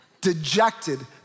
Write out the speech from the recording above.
dejected